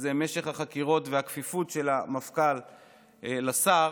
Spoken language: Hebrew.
משך החקירות והכפיפות של המפכ"ל לשר,